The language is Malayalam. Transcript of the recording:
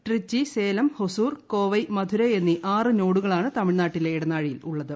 ത്രിച്ചി സ്ലേൽ ഹൊസൂർ കോവായ് മധുരൈ എന്നീ ആറ് നോഡുകളാണ് തമിഴ്നാട്ടിലെ ഇടനാഴിയിൽ ഉള്ളത്